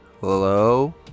Hello